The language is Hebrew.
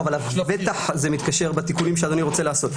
אבל לבטח זה מתקשר בתיקונים שאז אני רוצה לעשות.